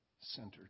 centered